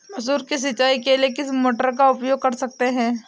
मसूर की सिंचाई के लिए किस मोटर का उपयोग कर सकते हैं?